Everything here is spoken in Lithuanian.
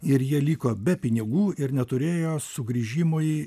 ir jie liko be pinigų ir neturėjo sugrįžimui